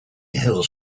hills